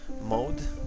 mode